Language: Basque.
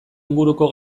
inguruko